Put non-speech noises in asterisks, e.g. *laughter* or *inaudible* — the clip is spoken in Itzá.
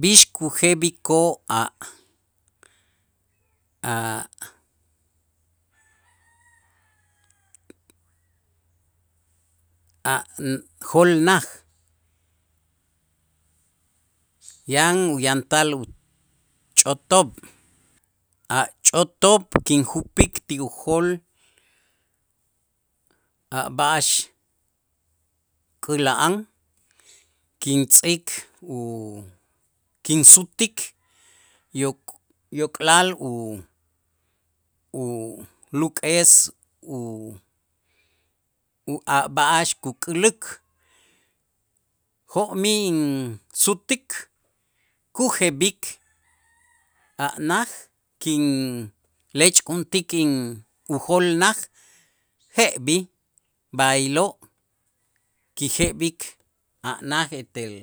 B'ix kujeb'ikoo' a' a' a' *noise* jolnaj yan uyantal uch'otob', a' ch'otob' kinjupik ti ujol a' b'a'ax käla'an kintz'ik u kinsutik yok'-yok'lal u- uluk'es u- u a' b'a'ax kuk'äluk' jo'mij insutik kujeb'ik a' naj kinlech'kuntik in ujolnaj je'b'ij b'aylo' ki jeb'ik a na' etel